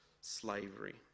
slavery